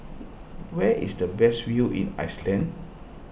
where is the best view in Iceland